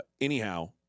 Anyhow